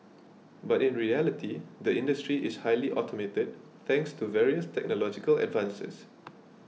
but in reality the industry is highly automated thanks to various technological advances